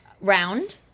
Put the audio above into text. round